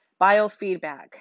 Biofeedback